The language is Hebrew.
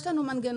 יש לנו מנגנונים,